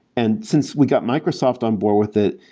and since we got microsoft onboard with it,